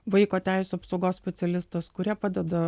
vaiko teisių apsaugos specialistas kurie padeda